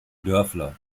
dörfler